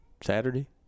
Saturday